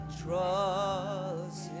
trust